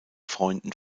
freunden